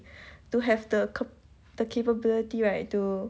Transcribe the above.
to have the cap~ the capability right to